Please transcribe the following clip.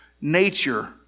nature